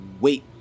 wait